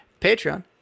Patreon